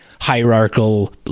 hierarchical